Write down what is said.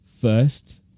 first